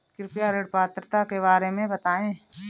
कृपया ऋण पात्रता के बारे में बताएँ?